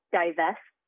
divest